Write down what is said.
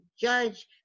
judge